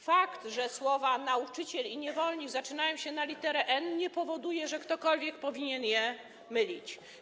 Fakt, że słowa „nauczyciel” i „niewolnik” zaczynają się na literę „n”, nie powoduje, że ktokolwiek powinien je mylić.